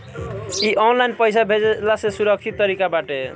इ ऑनलाइन पईसा भेजला से सुरक्षित तरीका बाटे